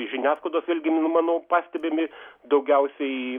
žiniasklaidos irgi manau pastebimi daugiausiai